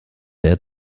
der